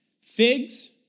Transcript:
Figs